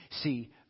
See